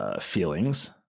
feelings